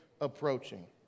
approaching